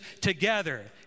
together